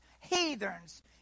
heathens